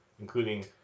including